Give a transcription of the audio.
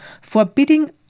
forbidding